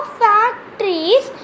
factories